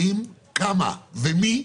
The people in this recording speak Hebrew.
כמה ומי,